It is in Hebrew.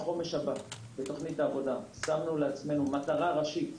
בחומש הבא בתוכנית העבודה שמנו לעצמנו מטרה ראשית,